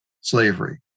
slavery